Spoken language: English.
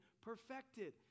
perfected